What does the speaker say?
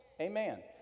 Amen